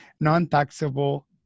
Non-taxable